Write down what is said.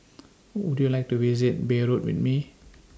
Would YOU like to visit Beirut with Me